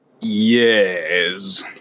Yes